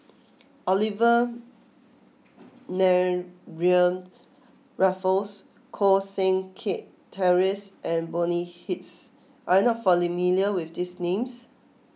Olivia Mariamne Raffles Koh Seng Kiat Terence and Bonny Hicks are you not familiar with these names